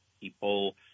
people